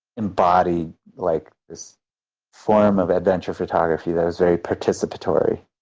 embodied like this form of adventure photography that was very participatory.